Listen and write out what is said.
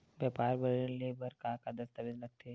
व्यापार बर ऋण ले बर का का दस्तावेज लगथे?